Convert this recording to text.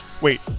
Wait